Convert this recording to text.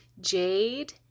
Jade